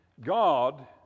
God